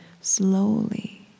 slowly